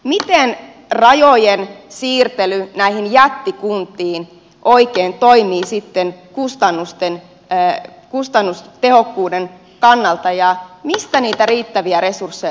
miten rajojen siirtely näiksi jättikunniksi oikein toimii kustannustehokkuuden kannalta ja mistä niitä riittäviä resursseja sitten oikein saadaan